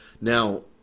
Now